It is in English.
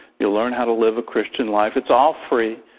you'll learn how to live a christian life. it's all free.